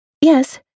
Yes